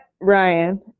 Ryan